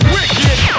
Wicked